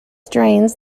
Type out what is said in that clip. strains